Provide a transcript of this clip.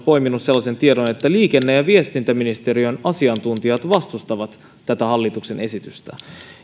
poiminut sellaisen tiedon että liikenne ja viestintäministeriön asiantuntijat vastustavat tätä hallituksen esitystä